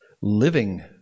living